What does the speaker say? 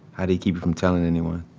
how'd he keep you from telling anyone?